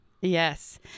yes